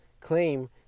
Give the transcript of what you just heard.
claim